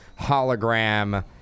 hologram